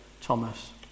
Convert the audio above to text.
Thomas